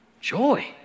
joy